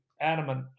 adamant